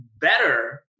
better